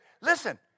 listen